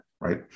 right